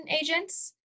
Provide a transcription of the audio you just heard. agents